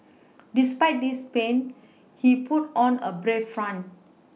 despite this pain he put on a brave front